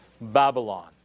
Babylon